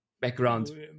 background